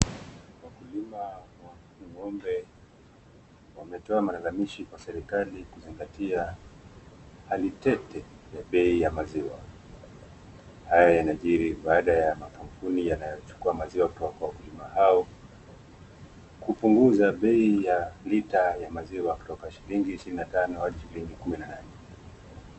Wakulima wa ngombe ,wametoa malalamishi kwa serikali kwa hali tete ya bei maziwa .Haya yanajiri baada ya makampuni yanayochukua maziwa kutoka kwa wakulima hao, kupunguza bei ya lita ya maziwa kutoka shilingi ishirini na tano hadi shilingi kumi na nane.